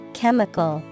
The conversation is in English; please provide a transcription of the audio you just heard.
chemical